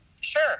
Sure